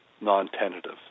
non-tentative